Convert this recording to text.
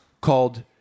called